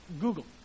Google